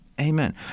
Amen